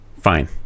Fine